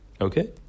Okay